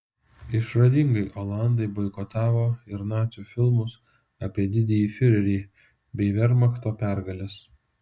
išradingai olandai boikotavo ir nacių filmus apie didįjį fiurerį bei vermachto pergales